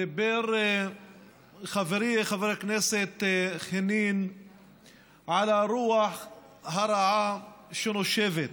דיבר חברי חבר הכנסת חנין על הרוח הרעה שנושבת.